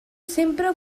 sempre